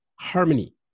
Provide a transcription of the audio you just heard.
harmony